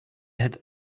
had